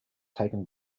taken